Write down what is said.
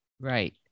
right